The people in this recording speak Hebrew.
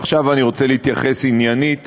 עכשיו אני רוצה להתייחס עניינית